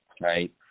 right